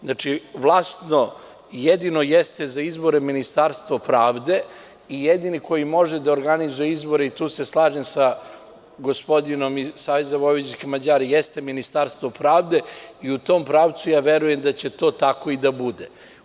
Znači, vlasno jedino jeste za izbore Ministarstvo pravde i jedini koji može da organizuje izbore, i tu se slažem sa gospodinom iz SVM, jeste Ministarstvo pravde i u tom pravcu verujem da će to tako i da bude.